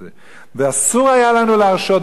אסור היה לנו להרשות דבר כזה,